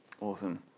Awesome